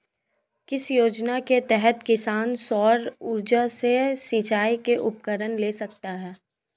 किस योजना के तहत किसान सौर ऊर्जा से सिंचाई के उपकरण ले सकता है?